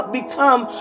become